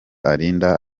arinda